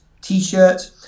T-shirt